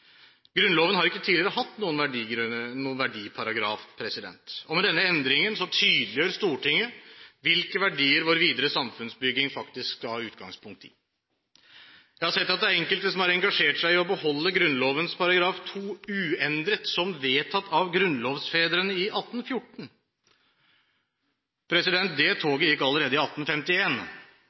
Grunnloven har ikke tidligere hatt noen verdiparagraf, og med denne endringen tydeliggjør Stortinget hvilke verdier vår videre samfunnsbygging faktisk tar utgangspunkt i. Jeg har sett at det er enkelte som har engasjert seg i å beholde Grunnlovens § 2 uendret, som vedtatt av grunnlovsfedrene i 1814. Det toget gikk allerede i